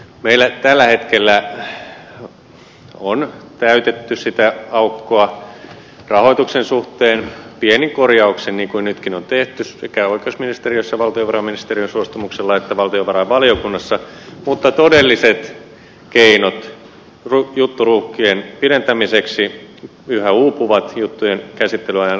meillä tällä hetkellä on täytetty sitä aukkoa rahoituksen suhteen pienin korjauksin niin kuin nytkin on tehty sekä oikeusministeriössä valtiovarainministeriön suostumuksella että valtiovarainvaliokunnassa mutta todelliset keinot juttujen käsittelyajan lyhentämiseksi yhä uupuvat